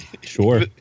sure